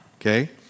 okay